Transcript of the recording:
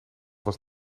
was